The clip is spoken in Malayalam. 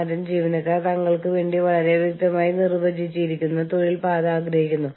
അന്തർദേശീയ മനുഷ്യവിഭവശേഷി ലൈൻ മാനേജ്മെന്റ് എന്നിവയുടെ ആസ്ഥാനങ്ങളുടെ സംയോജനം